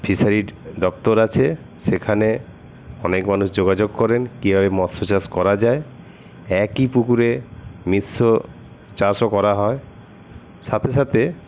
fishery দপ্তর আছে সেখানে অনেক মানুষ যোগাযোগ করেন কীভাবে মৎস চাষ করা যায় একই পুকুরে মিশ্র চাষও করা হয় সাথে সাথে